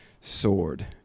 sword